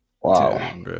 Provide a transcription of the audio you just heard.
Wow